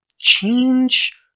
change